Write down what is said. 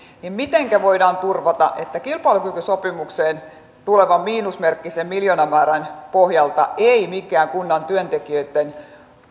niin mitenkä voidaan turvata että kilpailukykysopimukseen tulevan miinusmerkkisen miljoonamäärän pohjalta eivät minkään kunnan työntekijöitten